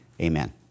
Amen